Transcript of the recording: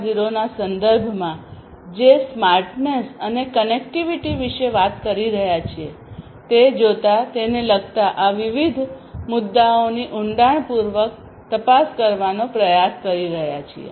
0 ના સંદર્ભમાં જે સ્માર્ટનેસ અને કનેક્ટિવિટી વિશે વાત કરી રહ્યા છીએ તે જોતાતેને લગતા આ વિવિધ જુદા જુદા મુદ્દાઓની ઊંડાણપૂર્વક તપાસ કરવાનો પ્રયાસ કરી રહ્યા છીએ